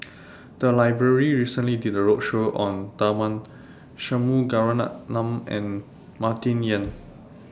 The Library recently did A roadshow on Tharman Shanmugaratnam and Martin Yan